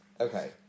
Okay